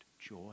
joy